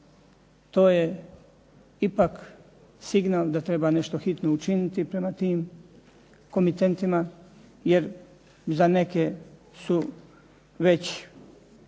To je ipak signal da treba nešto hitno učiniti prema tim komitentima, jer za neke su već